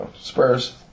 Spurs